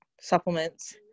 supplements